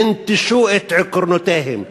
ינטשו את עקרונותיהם,